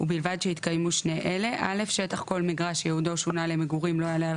ובלבד שהתקיימו שני אלה: שטח כל מגרש שייעודו שונה למגורים לא יעלה על